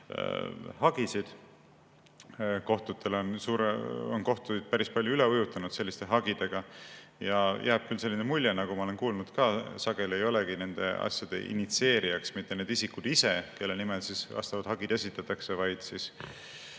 ja on kohtuid päris palju üle ujutanud selliste hagidega. Jääb küll selline mulje, nagu ma olen ka kuulnud, et sageli ei olegi nende asjade initsieerijad mitte need isikud ise, kelle nimel hagid esitatakse, vaid